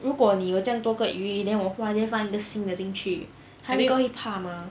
如果你有这样多个鱼 then 我换 then 放一个新的进去它应该会怕 mah